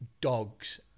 dogs